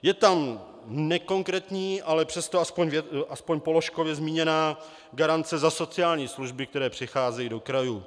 Je tam nekonkrétní, ale přesto aspoň položkově zmíněná garance za sociální služby, které přicházejí do krajů.